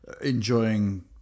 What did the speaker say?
enjoying